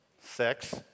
sex